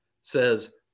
says